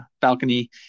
balcony